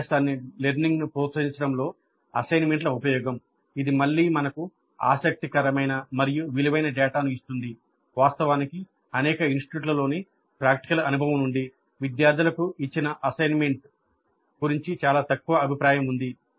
అభ్యాసాన్ని పనుల గురించి చాలా తక్కువ అభిప్రాయం ఉంది